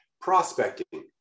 prospecting